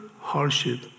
hardship